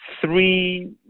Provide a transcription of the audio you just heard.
three